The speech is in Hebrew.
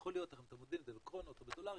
אנחנו לא יודעים אם זה בקרונות או בדולרים,